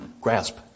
grasp